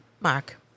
Mark